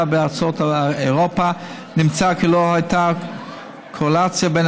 בארצות אירופה נמצא שלא הייתה קורלציה בין